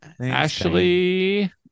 Ashley